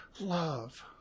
love